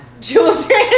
children